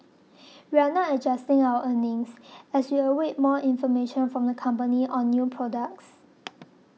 we are not adjusting our earnings as we await more information from the company on new products